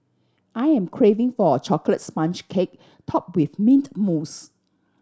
I am craving for a chocolate sponge cake top with mint mousse